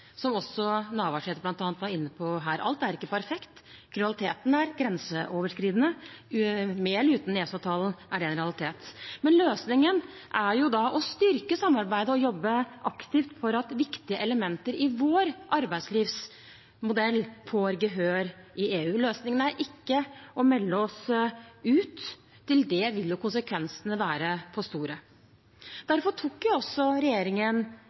som også representanten Navarsete var inne på. Alt er ikke perfekt. Kriminaliteten er grenseoverskridende, med eller uten EØS-avtalen er det en realitet. Løsningen er da å styrke samarbeidet og jobbe aktivt for at viktige elementer i vår arbeidslivsmodell får gehør i EU. Løsningen er ikke å melde oss ut. Til det vil konsekvensene være for store. Derfor tok også regjeringen,